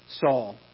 Saul